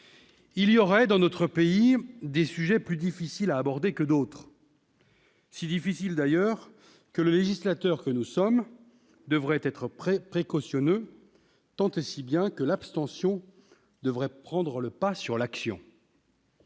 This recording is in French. il y aurait, dans notre pays, des sujets plus difficiles à aborder que d'autres ; si difficiles d'ailleurs que le législateur devrait être précautionneux, tant et si bien que l'abstention devrait prendrait le pas sur l'action.